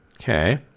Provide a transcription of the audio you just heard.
okay